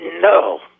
No